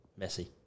Messi